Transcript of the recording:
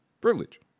privilege